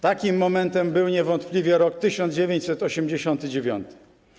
Takim momentem był niewątpliwie rok 1989.